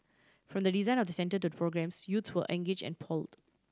from the design of the centre to the programmes youths to engaged and polled